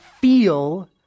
feel